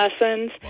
lessons